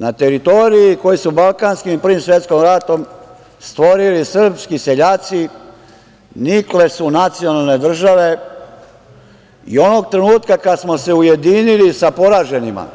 Na teritoriji koju su u Balkanskim i Prvom svetskom ratu stvorili srpski seljaci nikle su nacionalne države i onog trenutka kad smo se ujedinili sa poraženima,